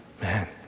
Man